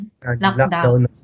Lockdown